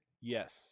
Yes